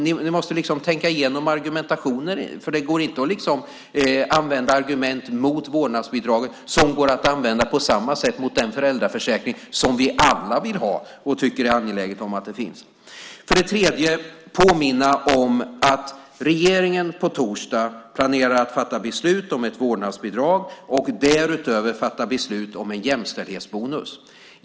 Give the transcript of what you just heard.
Ni måste tänka igenom argumentationen, för det går inte att använda argument mot vårdnadsbidragen som går att använda på samma sätt mot den föräldraförsäkring som vi alla vill ha och tycker är angelägen. För det tredje vill jag påminna om att regeringen på torsdag planerar att fatta beslut om ett vårdnadsbidrag och därutöver fatta beslut om en jämställdhetsbonus.